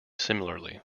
similarly